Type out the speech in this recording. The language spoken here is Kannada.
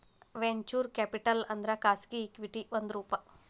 ವೆಂಚೂರ್ ಕ್ಯಾಪಿಟಲ್ ಅಂದ್ರ ಖಾಸಗಿ ಇಕ್ವಿಟಿ ಒಂದ್ ರೂಪ